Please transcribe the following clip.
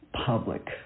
public